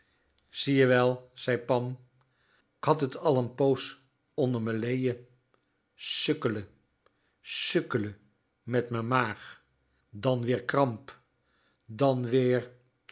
zie je wel zei pam k had t al n poos onder me lejen sukkelen sukkelen met me maag dan weer kramp dan weer